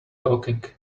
talking